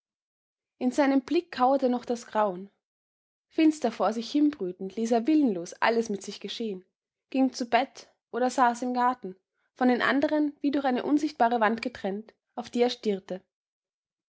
in seinem blick kauerte noch das grauen finster vor sich hinbrütend ließ er willenlos alles mit sich geschehen ging zu bett oder saß im garten von den anderen wie durch eine unsichtbare wand getrennt auf die er stierte